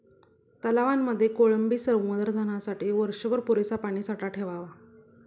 तलावांमध्ये कोळंबी संवर्धनासाठी वर्षभर पुरेसा पाणीसाठा ठेवावा